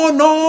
no